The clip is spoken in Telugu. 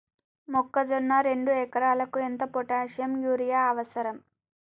మొక్కజొన్న రెండు ఎకరాలకు ఎంత పొటాషియం యూరియా అవసరం?